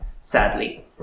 sadly